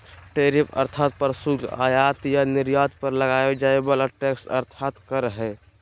tariff अर्थात् प्रशुल्क आयात या निर्यात पर लगाल जाय वला टैक्स अर्थात् कर हइ